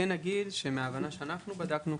אני כן אגיד שממה שאנחנו בדקנו,